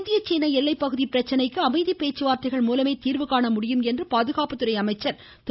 இந்திய சீன எல்லைப்பகுதி பிரச்சினைக்கு அமைதி பேச்சுவார்த்தைகள் மூலமே தீர்வு காண முடியும் என்று பாதுகாப்புத்துறை அமைச்சர் திரு